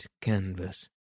canvas